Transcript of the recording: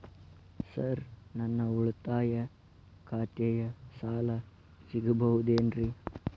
Sir ನನ್ನ ಉಳಿತಾಯ ಖಾತೆಯ ಸಾಲ ಸಿಗಬಹುದೇನ್ರಿ?